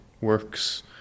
works